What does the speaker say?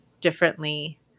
differently